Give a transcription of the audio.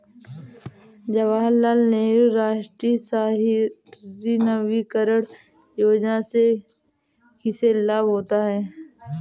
जवाहर लाल नेहरू राष्ट्रीय शहरी नवीकरण योजना से किसे लाभ होता है?